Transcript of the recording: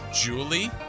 Julie